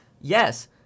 yes